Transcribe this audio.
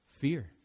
fear